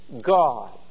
God